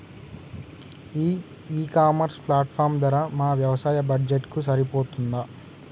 ఈ e commerce platform ధర మా వ్యవసాయ బడ్జెట్ కు సరిపోతుందా?